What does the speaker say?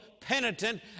penitent